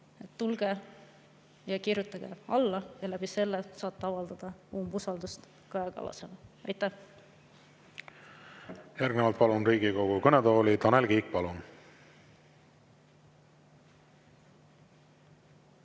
tulge ja kirjutage alla, niimoodi saate avaldada umbusaldust Kaja Kallasele. Aitäh! Järgnevalt palun Riigikogu kõnetooli Tanel Kiige. Palun!